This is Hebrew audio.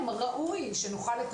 שלום לכולם.